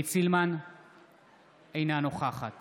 אינה נוכחת